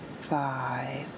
five